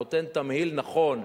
זה נותן תמהיל נכון,